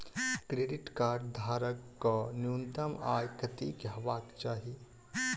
Credit card धारक कऽ न्यूनतम आय कत्तेक हेबाक चाहि?